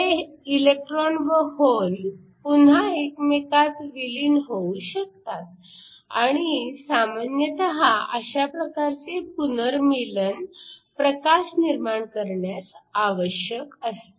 हे इलेक्ट्रॉन व होल पुन्हा एकमेकांत विलीन होऊ शकतात आणि सामान्यतः अशा प्रकारचे पुनर्मीलन प्रकाश निर्माण करण्यास आवश्यक असते